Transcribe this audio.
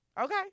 Okay